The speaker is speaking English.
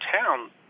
town